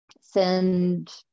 send